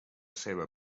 seva